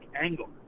angle